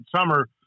summer